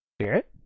spirit